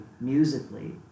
musically